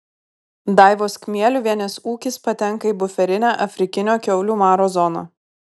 daivos kmieliuvienės ūkis patenka į buferinę afrikinio kiaulių maro zoną